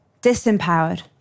disempowered